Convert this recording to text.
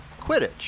quidditch